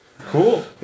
Cool